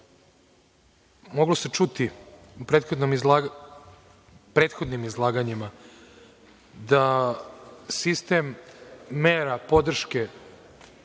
moglo se čuti u prethodnim izlaganjima da sistem mera podrške